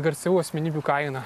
garsių asmenybių kaina